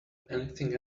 anything